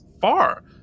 far